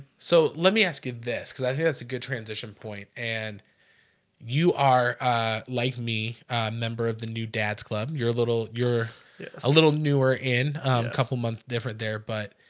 so let me ask you this because i think that's a good transition point and you are like me member of the new dads club you're a little you're a little newer in a couple months different there, but